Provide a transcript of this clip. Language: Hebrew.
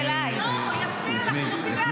נקשיב.